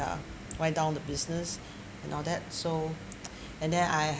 um wind down the business and all that so and then I